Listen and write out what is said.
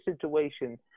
situation